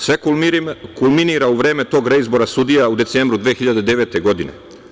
Sve kulminira u vreme tog reizbora sudija u decembru 2009. godine.